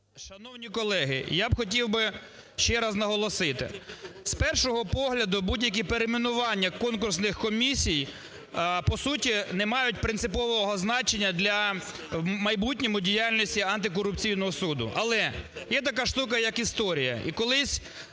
Шановні колеги, я б хотів би ще раз наголосити, з першого погляду будь-які перейменування конкурсних комісій, по суті, не мають принципового значення для в майбутньому діяльності антикорупційного суду. Але є така штука як історія